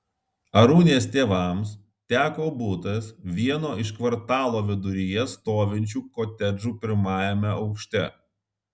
arūnės tėvams teko butas vieno iš kvartalo viduryje stovinčių kotedžų pirmajame aukšte